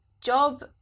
job